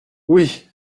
oui